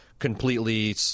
completely